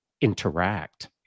interact